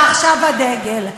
ועכשיו הדגל.